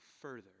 further